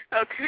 Okay